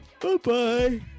Bye-bye